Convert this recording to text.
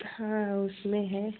हाँ उसमें है